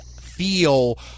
feel